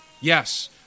Yes